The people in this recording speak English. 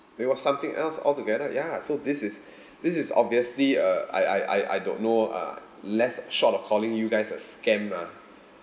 it was something else altogether ya so this is this is obviously a I I I I don't know uh let's sort of calling you guys a scam ah